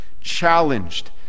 challenged